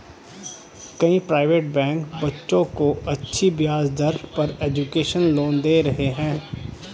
कई private bank बच्चों को अच्छी ब्याज दर पर एजुकेशन लोन दे रहे है